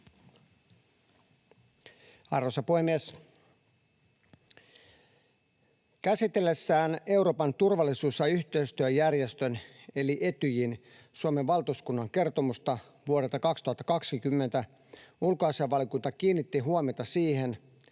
Arvoisa puhemies! Käsitellessään Euroopan turvallisuus- ja yhteistyöjärjestön, eli Etyjin, Suomen valtuuskunnan kertomusta vuodelta 2020 ulkoasiainvaliokunta kiinnitti huomiota siihen,